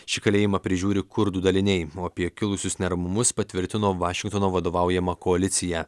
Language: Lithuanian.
šį kalėjimą prižiūri kurdų daliniai apie kilusius neramumus patvirtino vašingtono vadovaujama koalicija